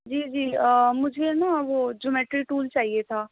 جی جی آ مجھے نا وہ جیومیٹری ٹول چاہیے تھا